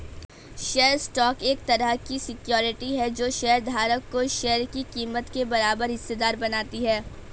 share stock एक तरह की सिक्योरिटी है जो शेयर धारक को शेयर की कीमत के बराबर हिस्सेदार बनाती है